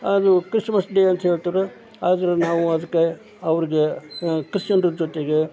ಅದು Christmas day ಅಂಥೇಳ್ತಾರೆ ಆದರೆ ನಾವು ಅದಕ್ಕೆ ಅವರಿಗೆ ಕ್ರಿಶ್ಚಿಯನ್ರ ಜೊತೆಗೆ